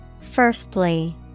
Firstly